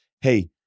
hey